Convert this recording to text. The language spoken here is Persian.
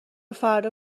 فردا